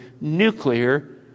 nuclear